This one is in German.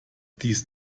dies